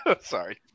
Sorry